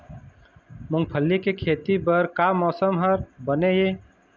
मूंगफली के खेती बर का मौसम हर बने ये?